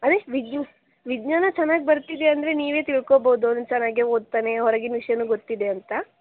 ಅರೆ ವಿಜ್ಞ ವಿಜ್ಞಾನ ಚೆನ್ನಾಗಿ ಬರ್ತಿದೆ ಅಂದರೆ ನೀವೇ ತಿಳ್ಕೊಳ್ಬಹುದು ಅವನು ಚೆನ್ನಾಗಿಯೇ ಓದ್ತಾನೆ ಹೊರಗಿನ ವಿಷಯನು ಗೊತ್ತಿದೆ ಅಂತ